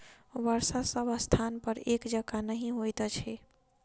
वर्षा सभ स्थानपर एक जकाँ नहि होइत अछि